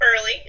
early